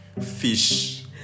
Fish